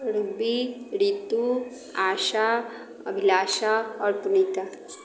Ruby Ritu Asha Abhilasha आओर पुनीता